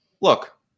look